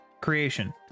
Creation